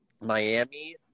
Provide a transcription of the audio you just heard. Miami